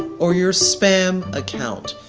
or your spam account,